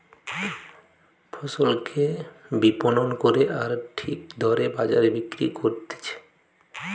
ফসলকে বিপণন করে আর ঠিক দরে বাজারে বিক্রি করতিছে